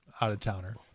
out-of-towner